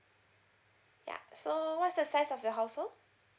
yeah so what's the size of your household